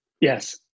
yes